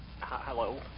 Hello